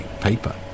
paper